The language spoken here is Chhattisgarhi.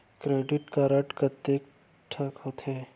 क्रेडिट कारड कतेक ठोक होथे?